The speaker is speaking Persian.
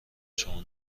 شما